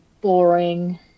boring